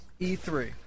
E3